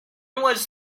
was